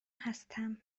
هستم